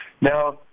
Now